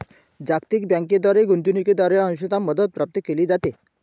जागतिक बँकेद्वारे गुंतवणूकीद्वारे अंशतः मदत प्राप्त केली जाते